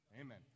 Amen